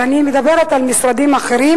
אני מדברת על משרדים אחרים,